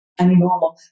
anymore